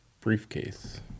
Briefcase